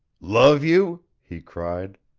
love you! he cried.